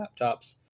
laptops